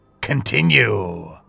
continue